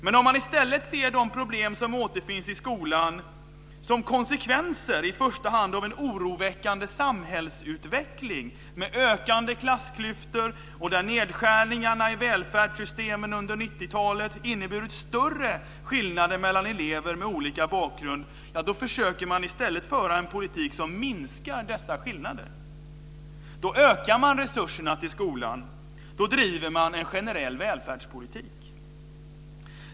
Men om man i stället ser de problem som återfinns i skolan som konsekvenser i första hand av en oroväckande samhällsutveckling med ökande klassklyftor där nedskärningarna i välfärdssystemen under 1990-talet inneburit större skillnader mellan elever med olika bakgrund försöker man i stället att föra en politik som minskar dessa skillnader. Då ökar man resurserna till skolan, då driver man en generell välfärdspolitik.